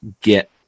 get